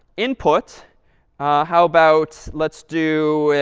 input how about let's do